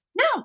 No